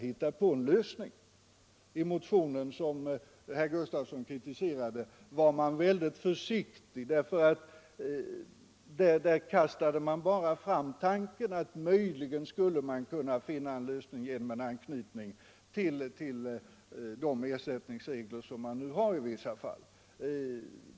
Den motion som herr Gustafsson kritiserade var väldigt försiktigt formulerad. Där framkastades tanken på en lösning genom en anknytning till de ersättningsregler som nu finns i vissa fall.